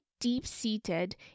deep-seated